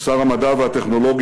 שר המדע והטכנולוגיה,